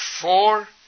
four